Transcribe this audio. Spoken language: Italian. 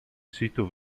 sito